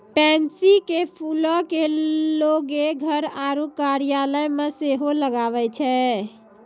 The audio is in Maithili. पैंसी के फूलो के लोगें घर आरु कार्यालय मे सेहो लगाबै छै